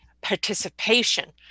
participation